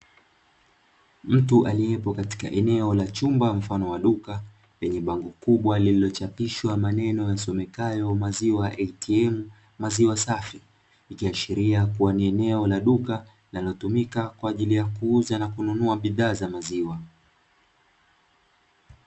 Mtu aliyepo katika eneo la chumba mfano wa duka; lenye bango kubwa lililochapishwa maneno yasomekayo "Maziwa ATM, Maziwa safi", ikiashiria kuwa ni eneo la duka, linalotumika kwa ajili ya kuuza na kununua bidhaa za maziwa.